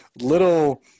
little